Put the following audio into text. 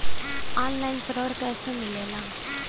Online ऋण कैसे मिले ला?